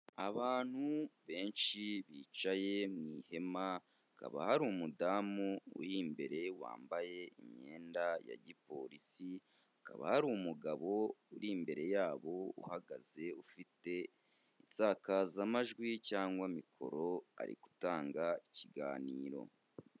Abantu benshi bicaye mu ihema, hakaba hari umudamu uri imbere wambaye imyenda ya gipolisi, hakaba hari umugabo uri imbere yabo uhagaze, ufite insakazamajwi cyangwa mikoro, ari gutanga ikiganiro.